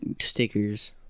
stickers